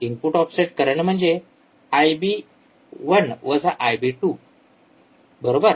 input offset current म्हणजे IB १ IB २ असते बरोबर